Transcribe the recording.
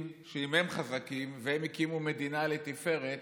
שאם הם חזקים והם הקימו מדינה לתפארת,